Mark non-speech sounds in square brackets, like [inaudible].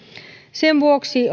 sen vuoksi [unintelligible]